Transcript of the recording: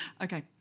Okay